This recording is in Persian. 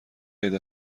عید